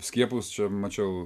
skiepus čia mačiau